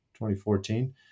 2014